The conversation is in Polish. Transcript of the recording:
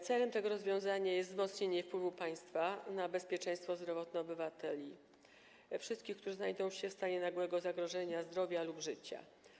Celem tego rozwiązania jest wzmocnienie wpływu państwa na bezpieczeństwo zdrowotne obywateli, wszystkich, którzy znajdą się w stanie nagłego zagrożenia zdrowia lub życia.